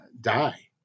die